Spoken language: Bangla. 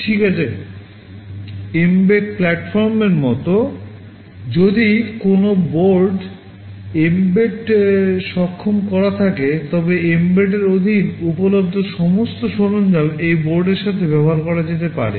ঠিক আছে mbed প্ল্যাটফর্মের মতো যদি কোনও বোর্ড mbed সক্ষম করা থাকে তবে mbed এর অধীন উপলব্ধ সমস্ত সরঞ্জাম এই বোর্ডের সাথে ব্যবহার করা যেতে পারে